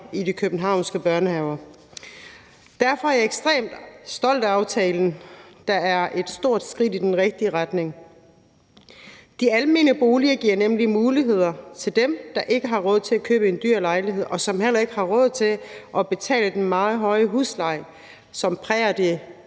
i de københavnske børnehaver. Derfor er jeg ekstremt stolt af aftalen, der er et stort skridt i den rigtige retning. De almene boliger giver nemlig muligheder til dem, der ikke har råd til at købe en dyr lejlighed, og som heller ikke har råd til at betale den meget høje husleje, som præger